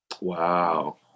wow